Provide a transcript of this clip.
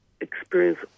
experience